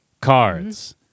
cards